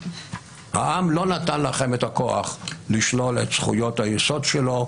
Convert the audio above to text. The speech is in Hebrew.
והעם לא נתן לכם את הכוח לשלול את זכויות היסוד שלו.